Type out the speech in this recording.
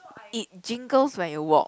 it jiggles when you walk